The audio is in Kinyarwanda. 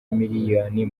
miliyoni